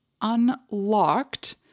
unlocked